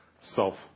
self